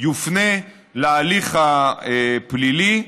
יופנה להליך פלילי.